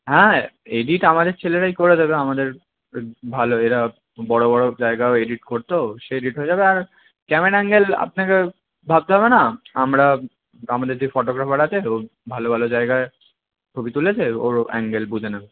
হ্যাঁ এডিট আমাদের ছেলেরাই করে দেবে আমাদের ভালো এরা বড়ো বড়ো জায়গাও এডিট করতো সে এডিট হয়ে যাবে আর ক্যামেরা অ্যাঙ্গেল আপনাকে ভাবতে হবে না আমরা আমাদের যে ফটোগ্রাফার আছে ও ভালো ভালো জায়গায় ছবি তুলেছে ওর ও অ্যাঙ্গেল বুঝে নেবে